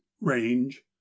range